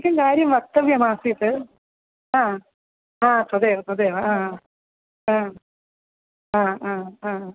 किं कार्यं वक्तव्यमासीत् हा हा तदेव तदेव हा हा हा हा हा